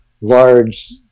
large